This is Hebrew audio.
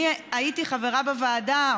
אני הייתי חברה בוועדה,